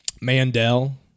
Mandel